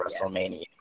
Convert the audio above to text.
WrestleMania